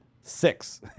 six